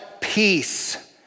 peace